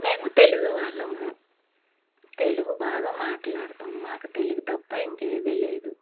మేము తెలుగు వాళ్ళము తెలుగు బాగా మాట్లాడతాము మాకు తెలుగు తప్ప ఇంకేది లేదు